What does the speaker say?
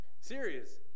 Serious